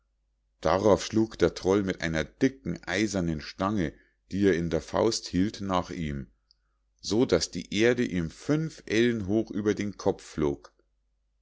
darauf schlug der troll mit einer dicken eisernen stange die er in der faust hielt nach ihm so daß die erde ihm fünf ellen hoch über den kopf flog